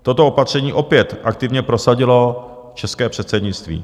Toto opatření opět aktivně prosadilo české předsednictví.